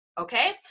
okay